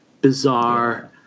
bizarre